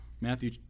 Matthew